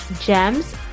gems